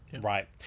Right